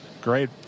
Great